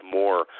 more